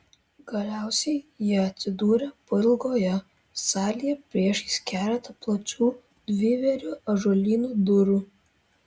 galiausiai jie atsidūrė pailgoje salėje priešais keletą plačių dvivėrių ąžuolinių durų